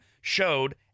showed